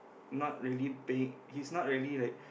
not really paying he's not really like